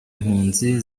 mpunzi